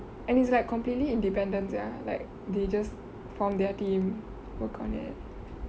and it's like completely independent sia like they just form their team work on it